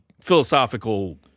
philosophical